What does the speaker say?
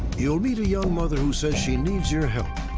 you'll meet a young mother who says she needs your help.